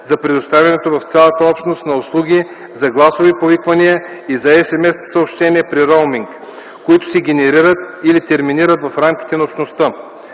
за предоставянето в цялата Общност на услуги за гласови повиквания и за SMS съобщения при роуминг, които се генерират или терминират в рамките на Общността.